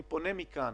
אני פונה מכאן